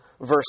verse